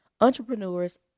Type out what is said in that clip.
entrepreneurs